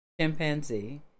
chimpanzee